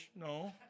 No